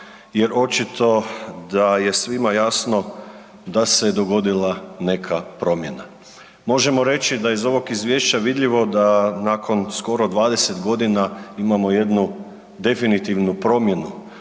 jer očito da je svima jasno da se dogodila neka promjena. Možemo reći da je iz ovog vidljivo da nakon skoro 20 g. imamo jednu definitivnu promjenu.